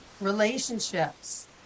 relationships